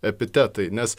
epitetai nes